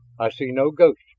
i see no ghosts,